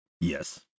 Yes